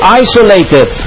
isolated